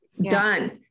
done